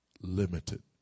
limited